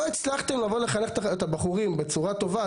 לא הצלחתם לבוא לחנך את הבחורים בצורה טובה,